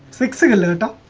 six signals on and